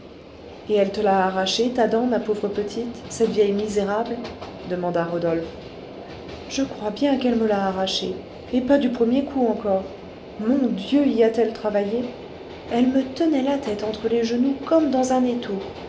et elle te l'a arrachée ta dent ma pauvre petite cette vieille misérable demanda rodolphe je crois bien qu'elle me l'a arrachée et pas du premier coup encore mon dieu y a-t-elle travaillé elle me tenait la tête entre les genoux comme dans un étau